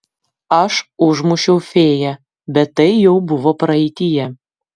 aš užmušiau fėją bet tai jau buvo praeityje